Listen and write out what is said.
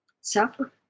Suffer